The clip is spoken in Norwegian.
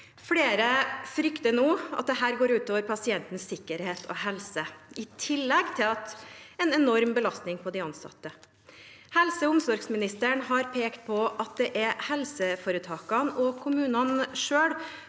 Flere frykter nå dette går utover pasientenes sikkerhet og helse, i tillegg til en enorm belastning på de ansatte. Helse- omsorgsministeren har pekt på at det er helseforetakene og kommunene som